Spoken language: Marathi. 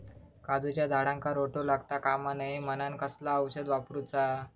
काजूच्या झाडांका रोटो लागता कमा नये म्हनान कसला औषध वापरूचा?